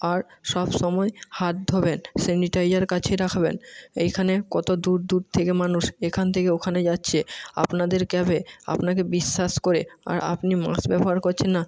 আর সব সময় হাত ধোবেন স্যানিটাইজার কাছে রাখবেন এইখানে কত দূর দূর থেকে মানুষ এখান থেকে ওখানে যাচ্ছে আপনাদের ক্যাফে আপনাকে বিশ্বাস করে আর আপনি মাস্ক ব্যবহার করছেন না